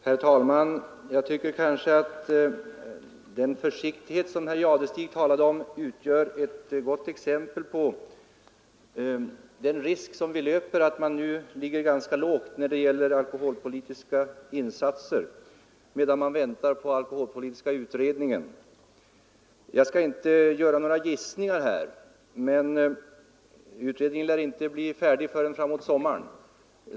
Herr talman! Jag tycker att den försiktighet som herr Jadestig talade om utgör ett gott exempel på risken för att man ligger ganska lågt när det gäller alkoholpolitiska insatser i väntan på alkoholpolitiska utredningens betänkande. Jag skall inte göra några gissningar, men utredningen lär inte bli färdig förrän fram mot sommaren.